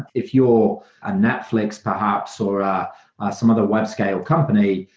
if you're a netflix perhaps or ah some of the web scale company,